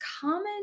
common